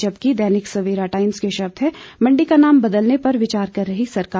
जबकि दैनिक सवेरा टाइम्स के शब्द हैं मंडी का नाम बदलने पर विचार कर रही सरकार